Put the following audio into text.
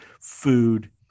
food